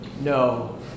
No